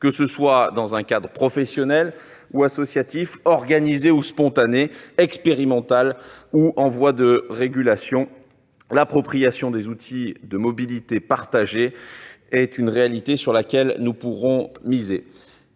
Que ce soit dans un cadre professionnel ou associatif, organisé ou spontané, expérimental ou en voie de régulation, l'appropriation des outils des mobilités partagées est une réalité sur laquelle nous pourrons miser.